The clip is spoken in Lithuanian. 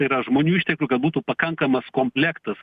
tai yra žmonių išteklių kad būtų pakankamas komplektas